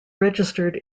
registered